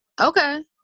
Okay